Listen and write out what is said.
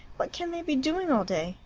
what can they be doing all day?